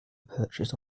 purchase